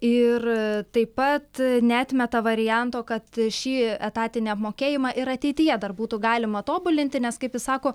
ir taip pat neatmeta varianto kad šį etatinį apmokėjimą ir ateityje dar būtų galima tobulinti nes kaip jis sako